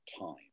time